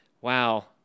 wow